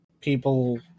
people